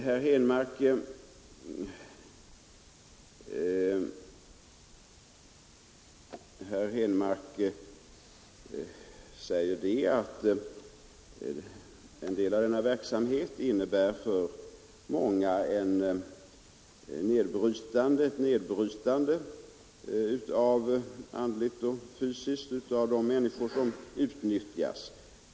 Vidare säger herr Henmark att en del av denna verksamhet i många fall innebär ett nedbrytande andligt och fysiskt av de människor som utnyttjas.